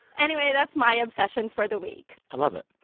anyway, that's my obsession for the week i love it.